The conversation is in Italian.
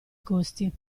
costi